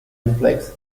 reflects